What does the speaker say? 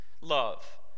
love